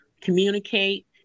communicate